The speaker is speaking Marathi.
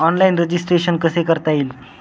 ऑनलाईन रजिस्ट्रेशन कसे करता येईल?